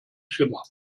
schimmer